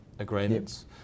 agreements